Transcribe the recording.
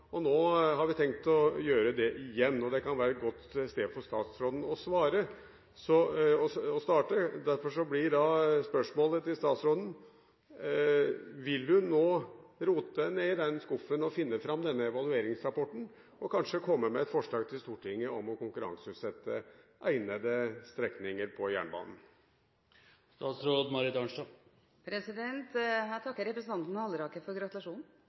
Nå har vi tenkt å gjøre det igjen, og det kan være et godt sted for statsråden å starte. Derfor blir da spørsmålet til statsråden: Vil hun nå rote nede i skuffen og finne fram denne evalueringsrapporten og kanskje komme med et forslag til Stortinget om å konkurranseutsette egnede strekninger på jernbanen? Jeg takker representanten Halleraker for gratulasjonen.